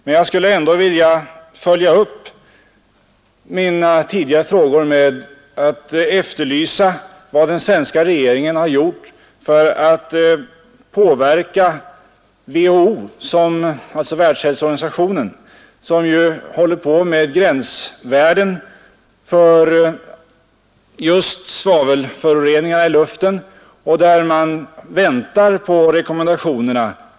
Men jag skulle ändå vilja följa upp mina tidigare frågor med att efterlysa vad den svenska regeringen har gjort för att påverka WHO, Världshälsoorganisationen, som håller på med att utarbeta gränsvärden för just svavelföroreningar i luften. Vi väntar på de rekommendationerna.